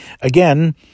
again